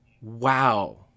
wow